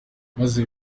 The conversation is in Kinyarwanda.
maze